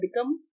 become